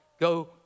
go